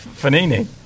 Fanini